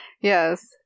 Yes